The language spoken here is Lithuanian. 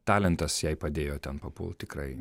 talentas jai padėjo ten papult tikrai